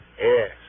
Yes